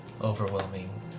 overwhelming